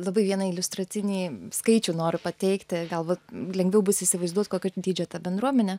labai vieną iliustracinį skaičių noriu pateikti galbūt lengviau bus įsivaizduot kokio dydžio ta bendruomenė